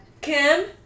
Kim